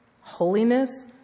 holiness